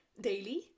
daily